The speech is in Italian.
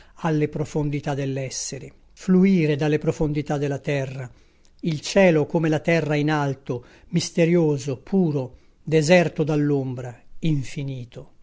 alle profondità dell'essere fluire dalle profondità della terra il cielo come la terra in alto misterioso puro deserto dall'ombra infinito